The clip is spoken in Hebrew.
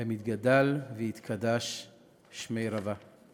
שהוא לומד לקרוא הן "יתגדל ויתקדש שמיה רבא".